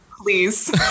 please